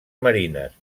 marines